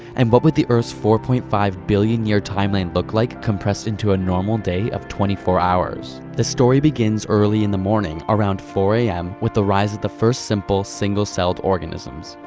and what would the earth's four point five billion year timeline look like, compressed into a normal day of twenty four hours? the story begins early in the morning, around four am, with the rise of the first simple, single-cell organisms.